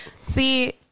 see